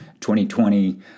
2020